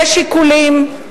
יש שיקולים,